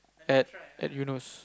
at at Eunos